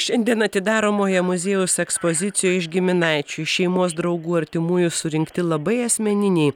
šiandien atidaromoje muziejaus ekspozicijoj iš giminaičių šeimos draugų artimųjų surinkti labai asmeniniai